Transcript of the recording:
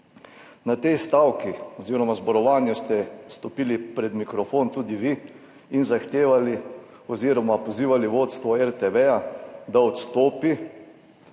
Na tej stavki oziroma zborovanju ste stopili pred mikrofon tudi vi in zahtevali oziroma pozivali vodstvo RTV, da odstopi